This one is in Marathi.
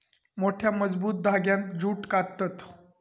मोठ्या, मजबूत धांग्यांत जूट काततत